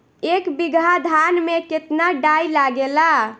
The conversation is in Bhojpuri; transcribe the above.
एक बीगहा धान में केतना डाई लागेला?